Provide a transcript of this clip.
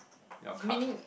your cup